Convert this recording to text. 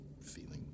feeling